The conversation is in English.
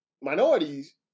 minorities